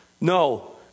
No